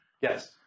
Yes